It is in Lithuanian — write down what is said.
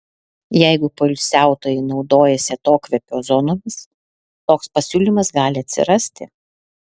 jeigu poilsiautojai naudojasi atokvėpio zonomis toks pasiūlymas gali atsirasti